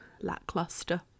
lackluster